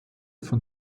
von